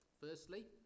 Firstly